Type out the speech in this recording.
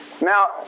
Now